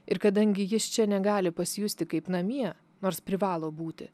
ir kadangi jis čia negali pasijusti kaip namie nors privalo būti